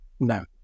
No